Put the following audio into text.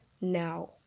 now